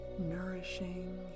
Nourishing